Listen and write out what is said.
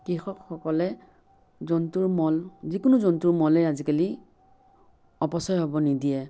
কৃষকসকলে জন্তুৰ মল যিকোনো জন্তুৰ মলেই আজিকালি অপচয় হ'ব নিদিয়ে